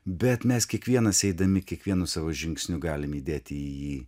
bet mes kiekvienas eidami kiekvienu savo žingsniu galime įdėti į jį